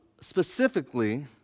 specifically